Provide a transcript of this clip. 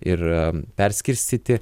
ir perskirstyti